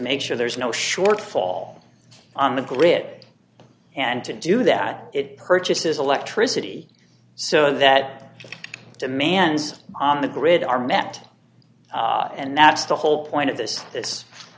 make sure there's no shortfall on the grid and to do that it purchases electricity so that demands on the grid are met and that's the whole point of this